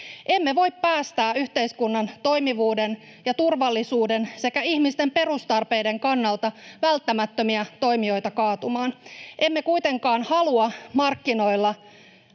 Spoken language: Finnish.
Emme voi päästää yhteiskunnan toimivuuden ja turvallisuuden sekä ihmisten perustarpeiden kannalta välttämättömiä toimijoita kaatumaan. Emme kuitenkaan halua markkinoilla